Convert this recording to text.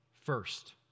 first